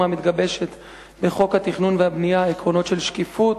המתגבשת בחוק התכנון והבנייה עקרונות של שקיפות,